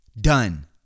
Done